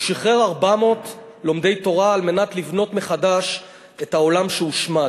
הוא שחרר 400 לומדי תורה על מנת לבנות מחדש את העולם שהושמד,